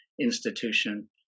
institution